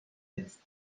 است